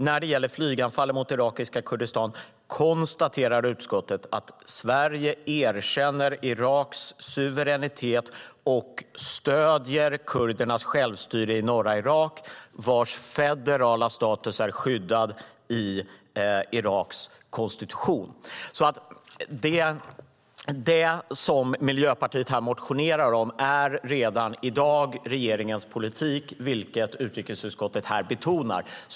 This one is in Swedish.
När det gäller flyganfallen mot irakiska Kurdistan konstaterar utskottet att Sverige erkänner Iraks suveränitet och stöder kurdernas självstyre i norra Irak vars federala status är skyddad i Iraks konstitution. Det som Miljöpartiet här motionerar om är redan i dag regeringens politik, vilket utrikesutskottet här betonar.